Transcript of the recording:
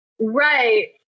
Right